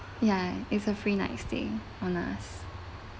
ya is a free night stay from us